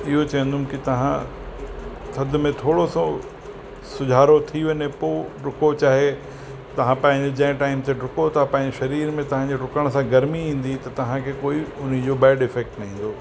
इहो चवंदुमि की तव्हां थधि में थोरो सो सुझारो थी वञे पोइ डुको चाहे तव्हां पंहिंजे जंहिं टाइम ते डुको था पंहिंजे शरीर में तव्ह डुकण सां गर्मी ईंदी त तव्हांखे कोई उनी जो बेड इफैक्ट न ईंदो